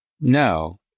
no